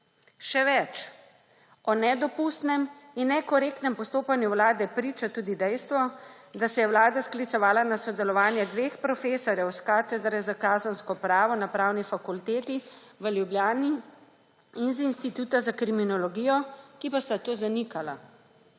Še več, o nedopustnem in nekorektnem postopanju Vlade priča tudi dejstvo, da se je Vlada sklicevala na sodelovanje dveh profesorjev s Katedre za kazensko pravo na Pravni fakulteti v Ljubljani in z Inštituta za kriminologijo, ki pa sta to zanikala.